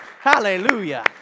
Hallelujah